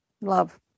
love